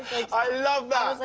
i love that!